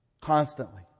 constantly